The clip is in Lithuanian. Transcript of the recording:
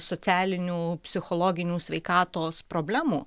socialinių psichologinių sveikatos problemų